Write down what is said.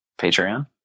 Patreon